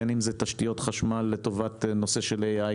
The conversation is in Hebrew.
בין אם זה תשתיות חשמל לטובת נושא של AI,